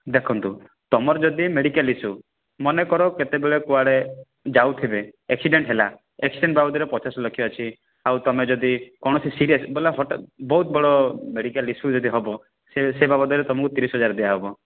ଦେଖନ୍ତୁ ତୁମର ଯଦି ମେଡ଼ିକାଲ୍ ଇସ୍ୟୁ ମନେକର କେତେବେଳେ କୁଆଡ଼େ ଯାଉ ଥିବେ ଆକ୍ସିଡେଣ୍ଟ୍ ହେଲା ଆକ୍ସିଡେଣ୍ଟ୍ ବାବଦରେ ପଚାଶ ଲକ୍ଷ ଅଛି ଆଉ ତୁମେ ଯବି କୌଣସି ସିରିୟସ୍ ବୋଲେ ହଠାତ୍ ବହୁତ ବଡ଼ ମେଡ଼ିକାଲ୍ ଇସ୍ୟୁ ଯଦି ହବ ସେ ସେ ବାବଦରେ ତମକୁ ତିରିଶି ହଜାର ଦିଆ ହବ